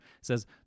says